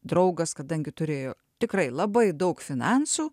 draugas kadangi turėjo tikrai labai daug finansų